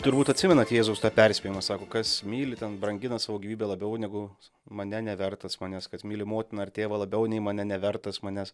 turbūt atsimenat jėzaus tą perspėjimą sako kas myli ten brangina savo gyvybę labiau negu mane nevertas manęs kas myli motiną ar tėvą labiau nei mane nevertas manęs